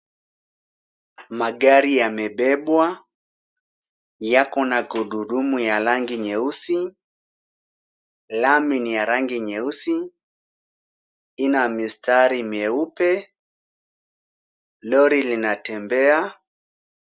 Magari yamebebwa. Yako na gurudumu ya rangi nyeusi. Lami ni ya rangi nyeusi. Ina mistari mieupe. Lori linatembea.